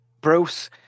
Bruce